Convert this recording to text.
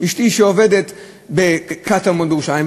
אשתי עובדת בקטמון בירושלים,